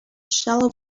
shallow